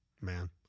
Man